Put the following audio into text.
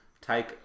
take